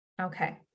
Okay